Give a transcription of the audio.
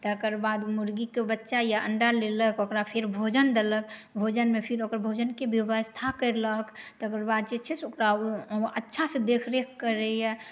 तकर बाद मुर्गीके बच्चा या अण्डा लेलक ओकरा फेर भोजन देलक भोजनमे फेर ओकर भोजनके बेबस्था करलक तकर बाद जे चाही से ओकरा अच्छासँ देखरेख करैए